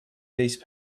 these